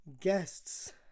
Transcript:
guests